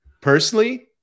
Personally